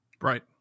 Right